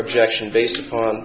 objection based upon